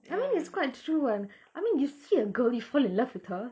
I mean it's quite true what I mean you see a girl you fall in love with her